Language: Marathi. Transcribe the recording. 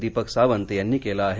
दीपक सावंत यांनी केलं आहे